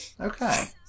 Okay